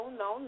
no